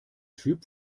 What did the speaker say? typ